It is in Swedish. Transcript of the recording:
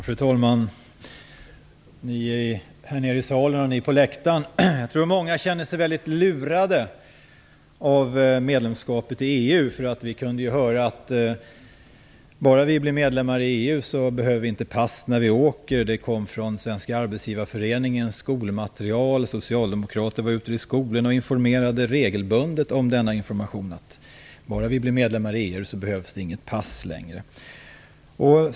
Fru talman! Ni här nere i salen och ni på läktaren! Jag tror att många känner sig lurade av medlemskapet i EU. Vi kunde ju höra att vi inte skulle behöva ha pass när vi reser om vi bara blev medlemmar i EU. Den informationen kom från Svenska arbetsgivareföreningens skolmaterial. Socialdemokrater var ute i skolorna och informerade regelbundet om att det inte skulle behövas något pass om vi bara blev medlemmar i EU.